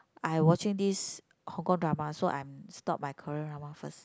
I watching this Hong Kong drama so I'm stop my Korea drama first